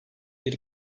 bir